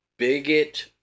bigot